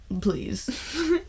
Please